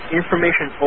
information